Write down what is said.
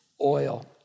oil